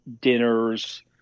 dinners